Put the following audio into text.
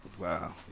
Wow